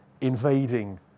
invading